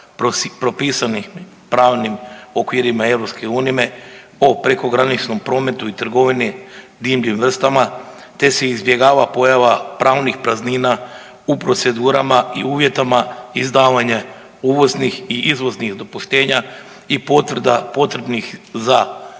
propisanih pravnim okvirima EU o prekograničnom prometu i trgovini divljim vrstama, te se izbjegava pojava pravnih praznina u procedurama i uvjetima izdavanja uvoznih i izvoznih dopuštenja i potvrda potrebnih za